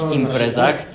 imprezach